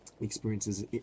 experiences